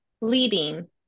leading